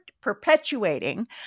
perpetuating